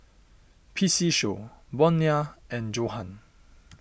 P C Show Bonia and Johan